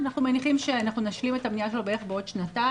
אנחנו מניחים שאנחנו נשלים את הבניה שלו בערך בעוד שנתיים,